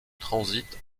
transit